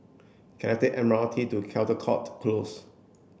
can I take the M R T to Caldecott Close